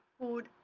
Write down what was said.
food,